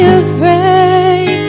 afraid